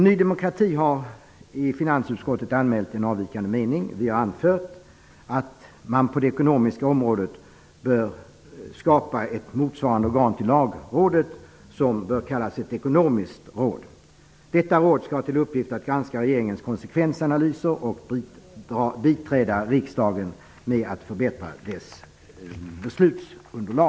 Ny demokrati har i finansutskottet anmält en avvikande mening. Vi har anfört att man på det ekonomiska området bör skapa ett till lagrådet motsvarande organ, vilket bör kallas ett ekonomiskt råd. Rådet skall ha till uppgift att granska regeringens konsekvensanalyser och biträda riksdagen med ett förbättrat beslutsunderlag.